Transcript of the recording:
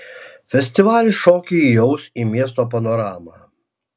festivalis šokį įaus į miesto panoramą